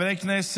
18 בעד,